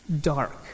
Dark